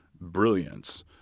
brilliance